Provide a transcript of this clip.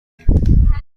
ایم